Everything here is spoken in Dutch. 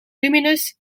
luminus